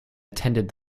attended